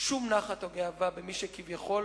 שום נחת או גאווה במי שכביכול